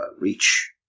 reach